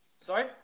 Sorry